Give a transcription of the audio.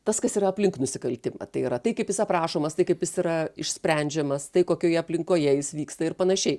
tas kas yra aplink nusikaltimą tai yra tai kaip jis aprašomas tai kaip jis yra išsprendžiamas tai kokioje aplinkoje jis vyksta ir panašiai